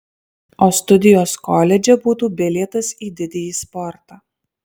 o studijos koledže būtų bilietas į didįjį sportą